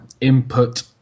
input